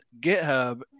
GitHub